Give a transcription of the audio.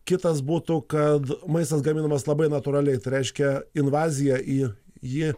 kitas būtų kad maistas gaminamas labai natūraliai tai reiškia invaziją į ji